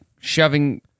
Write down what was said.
shoving